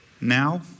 Now